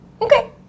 Okay